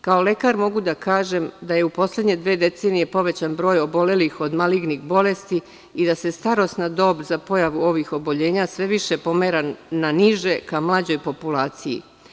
Kao lekar, mogu da kažem da je u poslednje dve decenije povećan broj obolelih od malignih bolesti i da se starosna dob za pojavu ovih oboljenja sve više pomera na niže ka mlađoj populaciji.